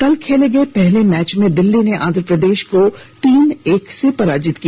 कल खेले गए पहले मैच में दिल्ली ने आंध्र प्रदेश को तीन एक से पराजित किया